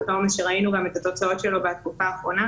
את אותו עומס שראינו את התוצאות שלו בתקופה האחרונה.